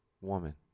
woman